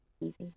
easy